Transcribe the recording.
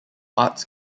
arts